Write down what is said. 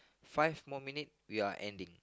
five more minute we are ending